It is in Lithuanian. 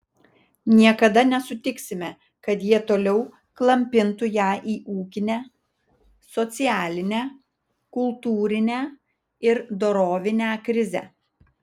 niekada nesutiksime kad jie toliau klampintų ją į ūkinę socialinę kultūrinę ir dorovinę krizę